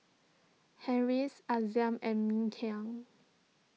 Harris Aizat and Mikhail